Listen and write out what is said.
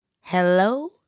Hello